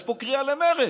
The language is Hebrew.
יש פה קריאה למרד.